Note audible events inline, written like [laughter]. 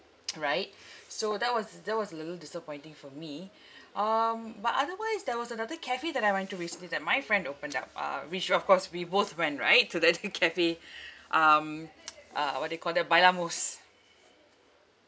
[noise] right so that was that was a little disappointing for me um but otherwise there was another cafe that I went to recently that my friend opened up uh which of course we both went right to that [laughs] cafe um [noise] uh what do you call that by the moss